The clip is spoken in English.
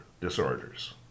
disorders